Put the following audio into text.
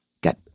got